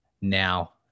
now